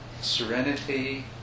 serenity